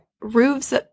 roofs